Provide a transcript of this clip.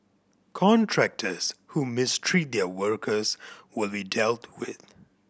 contractors who mistreat their workers will be dealt with